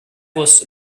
was